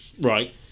Right